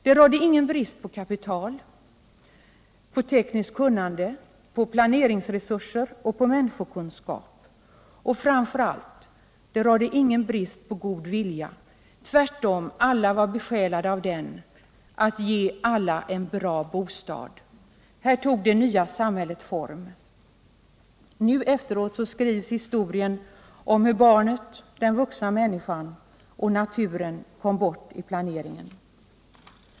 Det rådde ingen brist på kapital, på tekniskt kunnande, på planeringsresurser och på människokunskap — och framför allt rådde det ingen brist på god vilja. Tvärtom — alla var besjälade av viljan att ge alla en bra bostad. Här tog det nya samhället form. Nu, efteråt, skrivs historien om hur barnet, den vuxna människan och naturen kom bort i planeringen.